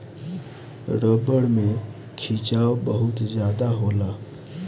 रबड़ में खिंचाव बहुत ज्यादा होला